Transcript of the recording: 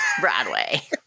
Broadway